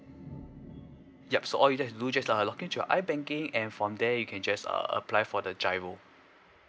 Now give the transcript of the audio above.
yup so all you have to do is just login to your I banking and from there you can just err apply for the giro